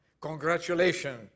Congratulations